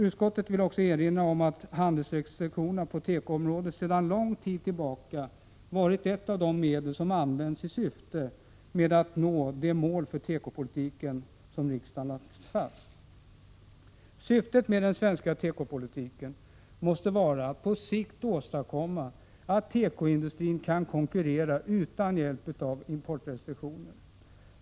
Utskottet vill erinra om att handelsrestriktionerna på tekoområdet sedan lång tid tillbaka varit ett av de medel som använts i syfte att nå de mål för tekopolitiken som riksdagen fastställt. Syftet med den svenska tekopolitiken måste vara att på sikt åstadkomma att tekoindustrin kan konkurrera utan hjälp av importrestriktioner.